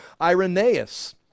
Irenaeus